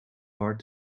heart